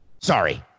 Sorry